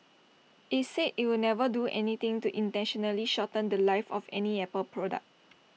IT said IT would never do anything to intentionally shorten The Life of any Apple product